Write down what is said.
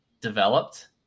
developed